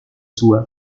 sue